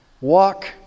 Walk